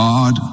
God